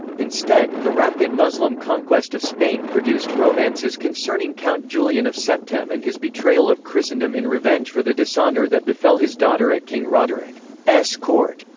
instead, the rapid muslim conquest of spain produced romances concerning count julian of septem and his betrayal of christendom in revenge for the dishonor that befell his daughter at king roderick's court.